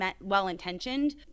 well-intentioned